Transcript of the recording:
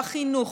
בחינוך,